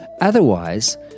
Otherwise